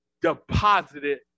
deposited